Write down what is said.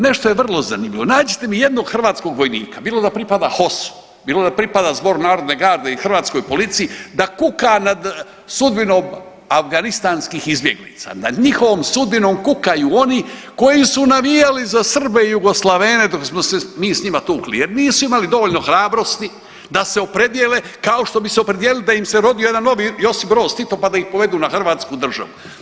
Nešto je vrlo zanimljivo, nađite mi jednog hrvatskog vojnika bilo da pripada HOS-u, bilo da pripada ZNG i hrvatskoj policiji da kuka nad sudbinom afganistanskih izbjeglica, nad njihovom sudbinom kukaju oni koji su navijali za Srbe i Jugoslavene dok smo se mi s njima tukli jer nisu imali dovoljno hrabrosti da se opredijele kao što bi se opredijelili da im se rodi jedan novi Josip Broz Tito, pa da ih povedu na hrvatsku državu.